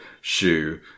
shoe